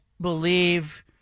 believe